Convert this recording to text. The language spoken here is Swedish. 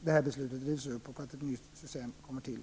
det här beslutet rivs upp och ett nytt system kommer till.